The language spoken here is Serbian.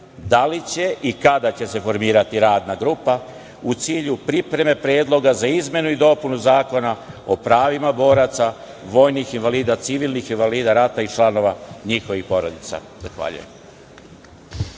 li će se i kada će se formirati radna grupa u cilju pripreme predloga za izmenu i dopunu Zakona o pravima boraca, vojnih invalida, civilnih invalida rata i članova njihovih porodica?